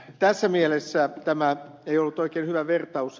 tässä mielessä tämä ei ollut oikein hyvä vertaus